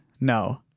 no